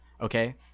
okay